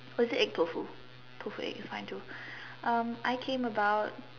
was it egg tofu tofu egg is fine too um I came about